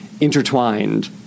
intertwined